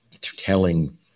telling